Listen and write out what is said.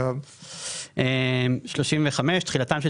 תיקון פקודת מס הכנסה תחילה ותחולה 35. תחילתם של